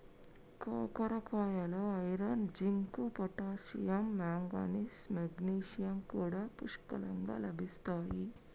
కాకరకాయలో iron, zinc, potassium, manganese, magnesium కూడా పుష్కలంగా లభిస్తాయి